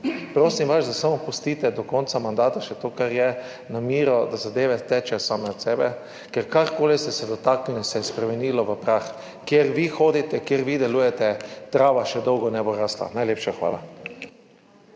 Prosim vas, da samo pustite do konca mandata še to, kar je na miru, da zadeve tečejo same od sebe, ker karkoli ste se dotaknili, se je spremenilo v prah. Kjer vi hodite, kjer vi delujete, trava še dolgo ne bo rasla. Najlepša hvala.